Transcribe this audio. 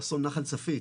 אסון נחל צפית